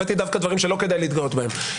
הבאתי דווקא דברים שלא כדאי להתגאות בהם.